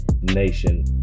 Nation